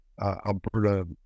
Alberta